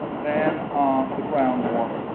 then the ground war,